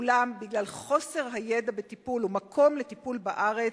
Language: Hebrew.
אולם בגלל חוסר הידע בטיפול ומקום לטיפול בארץ,